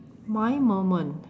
my moment